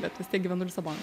bet vis tiek gyvenu lisabonoj